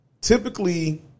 typically